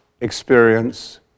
experience